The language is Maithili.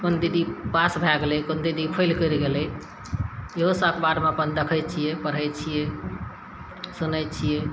कोन दीदी पास भए गेलै कोन दीदी फेल करि गेलै इहोसब अखबारमे अपन देखै छिए पढ़ै छिए सुनै छिए